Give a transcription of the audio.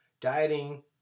Dieting